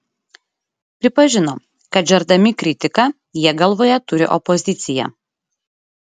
pripažino kad žerdami kritiką jie galvoje turi opoziciją